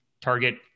target